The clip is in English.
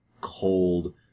cold